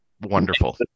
wonderful